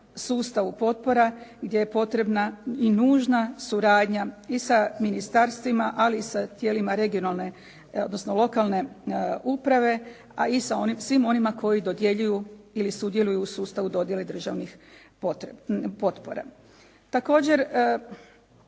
sustavu potpora gdje je potrebna i nužna suradnja i sa ministarstvima, ali i sa tijelima regionalne, odnosno lokalne uprave, a i sa svim onima koji dodjeljuju ili sudjeluju u sustavu dodjele državnih potpora. Također